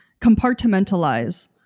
Compartmentalize